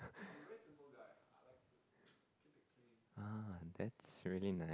ah that's really nice